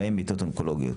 בהם מיטות אונקולוגיות,